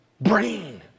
brain